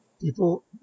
people